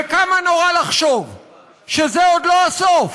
וכמה נורא לחשוב שזה עוד לא הסוף.